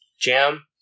Jam